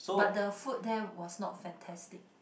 but the food there was not fantastic